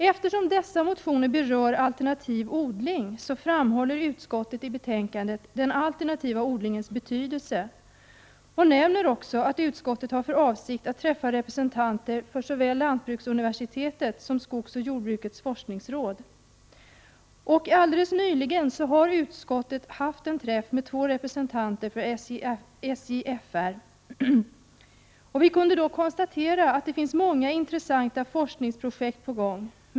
Eftersom motionerna berör alternativ odling framhåller utskottet i betänkandet den alternativa odlingens betydelse och nämner att utskottet har för avsikt att träffa representanter för såväl lantbruksuniversitetet som skogsoch jordbrukets forskningsråd, SJFR. Alldeles nyligen har utskottet haft en träff med två representanter för SJFR. Vi kunde då konstatera att det finns många intressanta forskningsprojekt på gång.